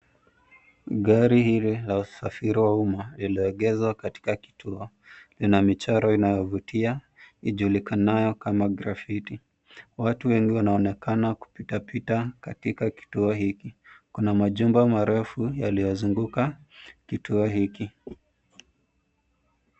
Gari hili la usafiri wa umma lililoegezwa katika kituo ina michoro inayovutia ijulikanayo kama grafiti watu wengi wanaonekana kupita pita katika kituo hiki kuna majumba marefu yaliyoyazunguka kituo hiki